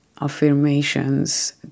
affirmations